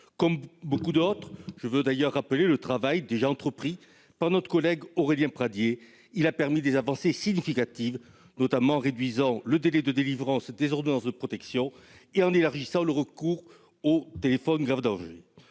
loi a son importance. Je veux à mon tour rappeler le travail qu'a déjà entrepris notre collègue Aurélien Pradié. Il a permis des avancées significatives, notamment en réduisant le délai de délivrance des ordonnances de protection et en élargissant le recours au téléphone grave danger.